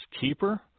keeper